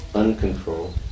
uncontrolled